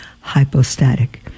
hypostatic